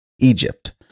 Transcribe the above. Egypt